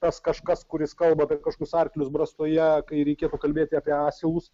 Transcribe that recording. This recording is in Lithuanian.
tas kažkas kuris kalba apie kažkokius arklius brastoje kai reikėtų kalbėti apie asilus